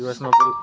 દિવસ માં